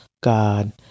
God